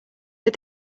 but